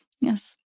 Yes